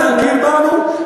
בבקשה לסיים.